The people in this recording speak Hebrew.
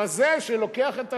הרזה שלוקח את השמן,